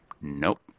nope